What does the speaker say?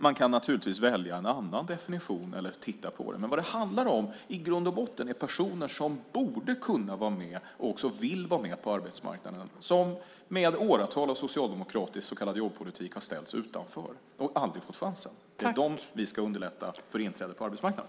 Man kan naturligtvis välja en annan definition, men i grund och botten handlar det om personer som borde kunna vara med, och också vill vara med, på arbetsmarknaden men som med åratal av socialdemokratisk så kallad jobbpolitik har ställts utanför och aldrig fått chansen. Det är för dem vi ska underlätta inträdet på arbetsmarknaden.